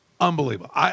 Unbelievable